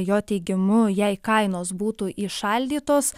jo teigimu jei kainos būtų įšaldytos